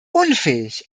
unfähig